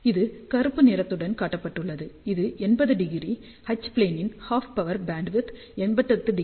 இது கருப்பு நிறத்துடன் காட்டப்பட்டுள்ளது அது 80° H ப்ளேனின் ஹாஃப் பவர் பீம்விட்த் 88°